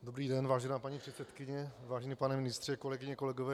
Dobrý den, vážená paní místopředsedkyně, vážený pane ministře, kolegyně a kolegové.